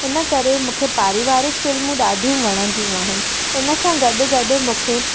इनकरे मूंखे पारिवारिक फ़िल्मूं ॾाढियूं वणंदियूं आहिनि हिन सां गॾु गॾु मूंखे